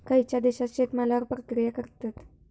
खयच्या देशात शेतमालावर प्रक्रिया करतत?